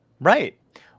Right